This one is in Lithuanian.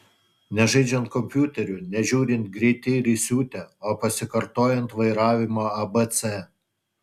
ne žaidžiant kompiuteriu ne žiūrint greiti ir įsiutę o pasikartojant vairavimo abc